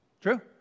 True